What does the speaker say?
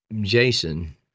jason